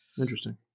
interesting